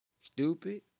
Stupid